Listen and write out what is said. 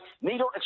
needle